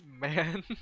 Man